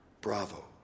bravo